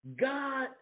God